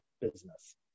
business